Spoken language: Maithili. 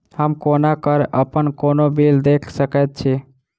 हम कोना कऽ अप्पन कोनो बिल देख सकैत छी?